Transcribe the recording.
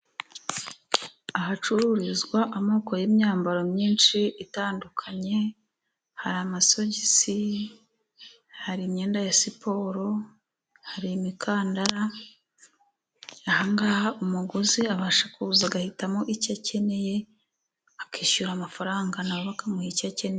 Ahacururizwa amoko y'imyambaro myinshi itandukanye hari: amasogisi hari imyenda ya siporo ,hari imikandara ,aha ngaha umuguzi abasha kuza agahitamo icyo akeneye akishyura amafaranga na we akamuha icyo akeneye.